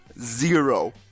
zero